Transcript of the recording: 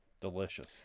Delicious